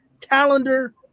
calendar